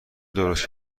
درست